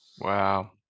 Wow